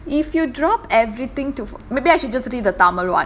if you drop everything to f~ maybe I should just read the tamil [one]